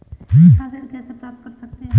किसान ऋण कैसे प्राप्त कर सकते हैं?